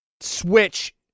Switch